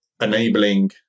enabling